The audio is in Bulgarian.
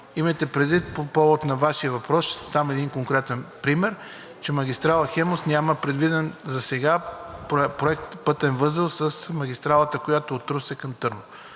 Имайте предвид, по повод на Вашия въпрос ще дам един конкретен пример, че магистрала „Хемус“ няма предвиден засега проект – пътен възел с магистралата, която е от Русе към Търново,